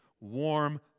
warm